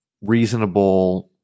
reasonable